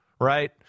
right